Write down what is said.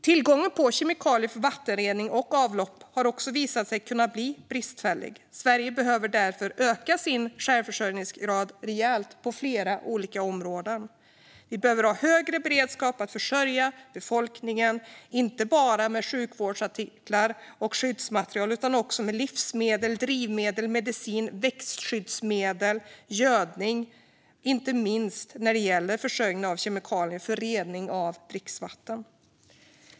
Tillgången på kemikalier för vattenrening och avlopp har också visat sig kunna bli bristfällig. Sverige behöver därför öka sin självförsörjningsgrad rejält på flera olika områden. Vi behöver ha högre beredskap för att försörja befolkningen, inte bara med sjukvårdsartiklar och skyddsmaterial utan också med livsmedel, drivmedel, medicin, växtskyddsmedel, gödning och inte minst när det gäller försörjning av kemikalier för rening av dricksvatten.